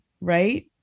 right